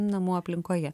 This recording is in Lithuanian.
namų aplinkoje